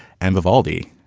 and vivaldi,